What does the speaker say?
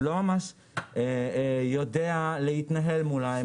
הוא לא ממש יודע להתנהל מולה.